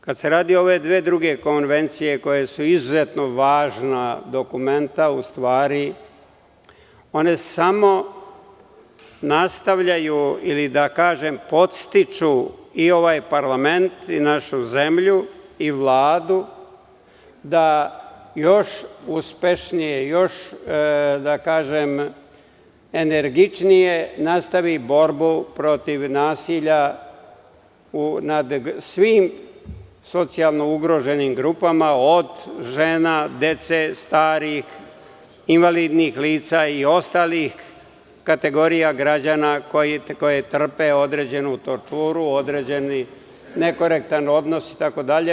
Kad se radi o ove dve druge konvencije koje su izuzetno važna dokumenta, u stvari, one samo podstiču i ovaj parlament i našu zemlju i Vladu da još uspešnije, još energičnije nastavi borbu protiv nasilja nad svim socijalno ugroženim grupama, od žena, dece, starih, invalidnih lica i ostalih kategorija građana koji trpe određenu torturu, određeni nekorektni odnos, itd.